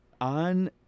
on